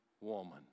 woman